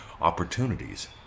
opportunities